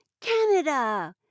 Canada